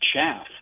chaff